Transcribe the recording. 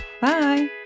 Bye